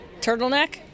Turtleneck